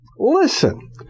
Listen